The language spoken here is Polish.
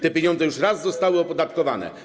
Te pieniądze już raz zostały opodatkowane.